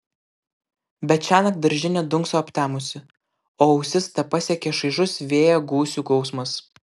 bet šiąnakt daržinė dunkso aptemusi o ausis tepasiekia šaižus vėjo gūsių gausmas